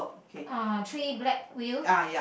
uh three black wheel